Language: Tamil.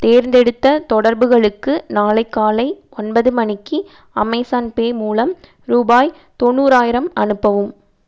தேர்ந்தெடுத்த தொடர்புகளுக்கு நாளை காலை ஒன்பது மணிக்கு அமேஸான் பே மூலம் ரூபாய் தொண்ணூறாயிரம் அனுப்பவும்